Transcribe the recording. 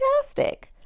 fantastic